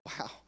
Wow